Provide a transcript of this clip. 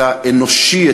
את האנושי,